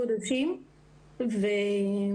ה-600,